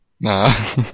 Nah